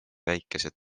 väikesed